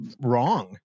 wrong